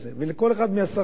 ולכל אחד מהשרים,